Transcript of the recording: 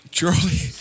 Charlie